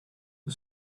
the